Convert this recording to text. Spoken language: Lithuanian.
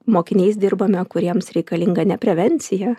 mokiniais dirbame kuriems reikalinga ne prevencija